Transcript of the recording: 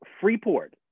Freeport